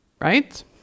right